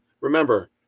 Remember